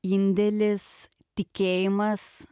indėlis tikėjimas